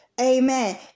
Amen